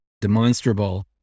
demonstrable